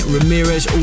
Ramirez